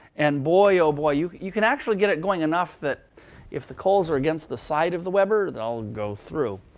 and boy, oh boy. you you can actually get it going enough that if the coals are against the side of the webber, they'll go through.